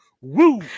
woo